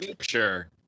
sure